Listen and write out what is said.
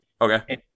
okay